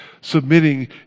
submitting